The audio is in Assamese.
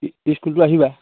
স্কুলটো আহিবা